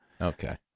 okay